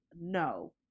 no